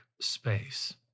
space